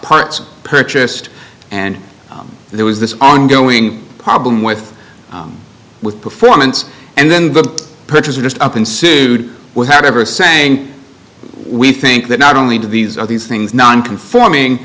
parts purchased and there was this ongoing problem with with performance and then the purchaser just up and sued without ever saying we think that not only do these of these things non conforming